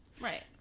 right